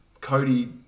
Cody